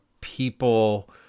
people